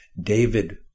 David